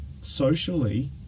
socially